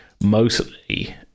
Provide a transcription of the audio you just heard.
mostly